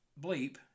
bleep